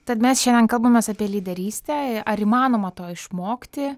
tad mes šiandien kalbamės apie lyderystę ar įmanoma to išmokti